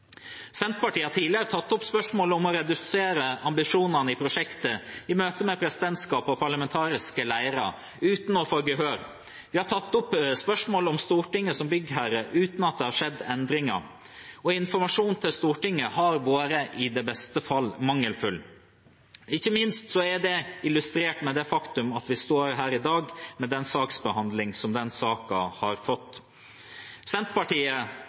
Senterpartiet har tidligere tatt opp spørsmålet om å redusere ambisjonene i prosjektet i møte med presidentskapet og parlamentariske ledere, uten å få gehør. Vi har tatt opp spørsmålet om Stortinget som byggherre, uten at det har skjedd endringer. Informasjonen til Stortinget har i beste fall vært mangelfull. Ikke minst er det illustrert med det faktum at vi står her i dag med den saksbehandlingen som saken har fått. Senterpartiet